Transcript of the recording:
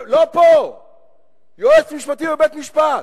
יועץ משפטי בבית-משפט.